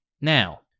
now